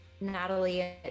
Natalie